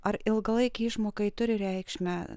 ar ilgalaikei išmokai turi reikšmę